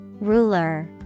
Ruler